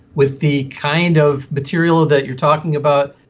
with the kind of material that you're talking about.